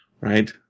right